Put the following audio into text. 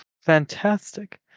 Fantastic